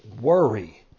Worry